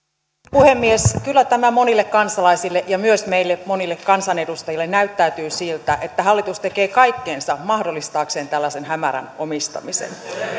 puhemies kyllä tämä monille kansalaisille ja myös monille meille kansanedustajille näyttäytyy sellaisena että hallitus tekee kaikkensa mahdollistaakseen tällaisen hämärän omistamisen